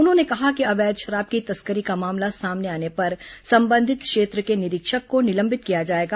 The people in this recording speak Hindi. उन्होंने कहा कि अवैध शराब की तस्करी का मामला सामने आने पर संबंधित क्षेत्र के निरीक्षक को निलंबित किया जाएगा